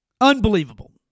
Unbelievable